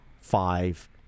five